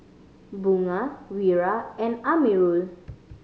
Bunga Wira and Amirul